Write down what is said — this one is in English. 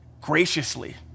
graciously